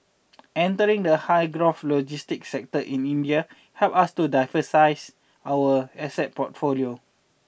entering the high growth logistics sector in India helps us to diversify our asset portfolio